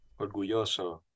orgulloso